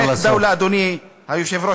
(בערבית: עם האדירים ראוי למדינה.) אדוני היושב-ראש,